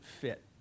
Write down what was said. fit